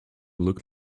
look